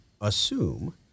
assume